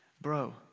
Bro